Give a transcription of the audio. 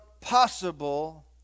possible